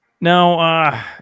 Now